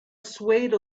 swayed